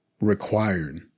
required